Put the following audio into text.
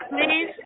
please